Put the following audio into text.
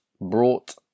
brought